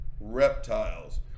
reptiles